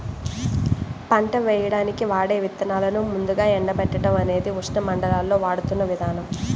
పంట వేయడానికి వాడే విత్తనాలను ముందుగా ఎండబెట్టడం అనేది ఉష్ణమండలాల్లో వాడుతున్న విధానం